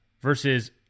versus